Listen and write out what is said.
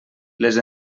les